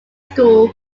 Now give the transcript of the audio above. school